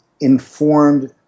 informed